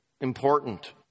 important